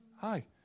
hi